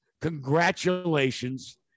congratulations